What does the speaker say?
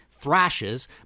thrashes